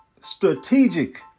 strategic